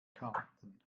karten